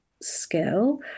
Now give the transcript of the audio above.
skill